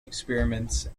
experiments